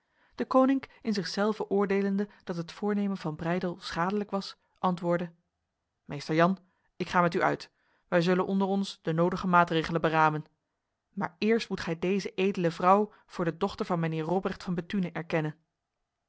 deconinck in zichzelve oordelende dat het voornemen van breydel schadelijk was antwoordde meester jan ik ga met u uit wij zullen onder ons de nodige maatregelen beramen maar eerst moet gij deze edele vrouw voor de dochter van mijnheer robrecht van bethune erkennen